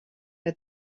que